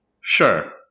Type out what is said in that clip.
sure